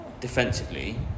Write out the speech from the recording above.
defensively